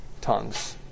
tongues